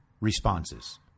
responses